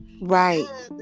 right